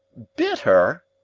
bit her?